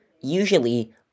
Usually